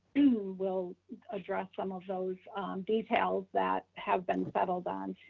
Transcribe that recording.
we'll address some of those details that have been settled on.